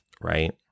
Right